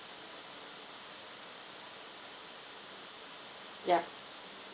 yup